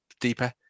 deeper